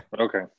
Okay